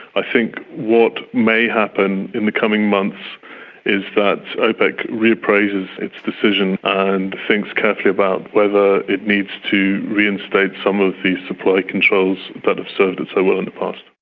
i think what may happen in the coming months is that opec reappraises its decision and thinks carefully about whether it needs to reinstate some of the supply controls that have served it so well in the past.